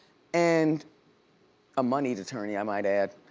and a moneyed attorney, i might add.